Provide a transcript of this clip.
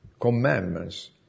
commandments